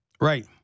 Right